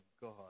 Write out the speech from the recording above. God